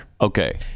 Okay